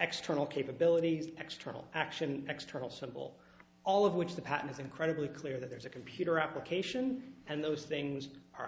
external capabilities external action external symbol all of which the pattern is incredibly clear that there's a computer application and those things are